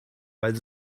weil